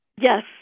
Yes